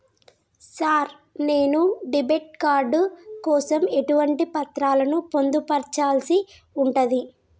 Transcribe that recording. Sir నేను debit card కోసం ఎటువంటి పత్రాలను పొందుపర్చాల్సి ఉంటది?